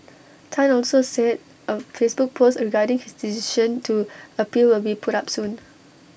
Tan also said A Facebook post regarding his decision to appeal will be put up soon